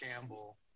Campbell